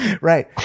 Right